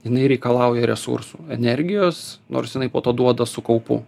jinai reikalauja resursų energijos nors jinai po to duoda su kaupu